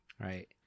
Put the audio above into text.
right